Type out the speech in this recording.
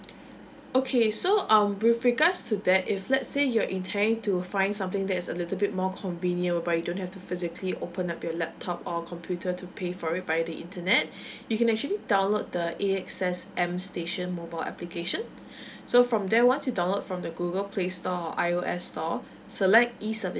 okay so um with regards to that if let's say you're intending to find something that's a little bit more convenient but you don't have to physically open up your laptop or computer to pay for it via the internet you can actually download the A_X_S M station mobile application so from there once you download from the google play store or I_O_S store select E services